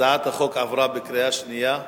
הצעת החוק עברה בקריאה שנייה.